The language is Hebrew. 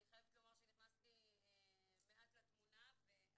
אני חייבת לומר שנכנסתי מעט לתמונה והתמונה